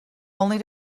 only